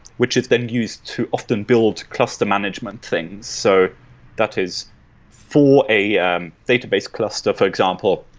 which is then used to often build cluster management things. so that is for a um database cluster, for example.